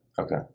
Okay